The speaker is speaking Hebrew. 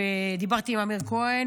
דיברתי עם אמיר כהן,